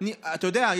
אתה יודע,